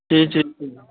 जी जी